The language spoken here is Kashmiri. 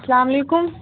اَسلام علیکُم